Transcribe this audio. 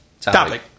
topic